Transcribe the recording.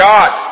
God